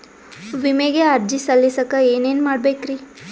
ವಿಮೆಗೆ ಅರ್ಜಿ ಸಲ್ಲಿಸಕ ಏನೇನ್ ಮಾಡ್ಬೇಕ್ರಿ?